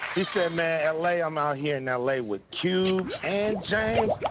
he said man, l a, i'm out here in l a. with cube and james,